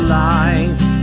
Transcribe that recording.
lives